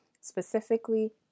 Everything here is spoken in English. specifically